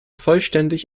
vollständig